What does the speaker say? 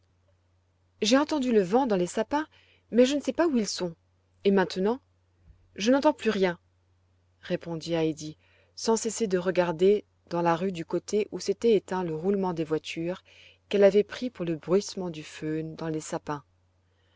j'ai entendu le vent dans les sapins mais je ne sais pas où ils sont et maintenant je n'entends plus rien répondit heidi sans cesser de regarder dans la rue du côté où s'était éteint le roulement des voitures qu'elle avait pris pour le bruissement du fhn dans les sapins